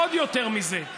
עוד יותר מזה,